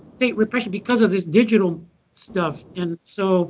state repression because of this digital stuff. and so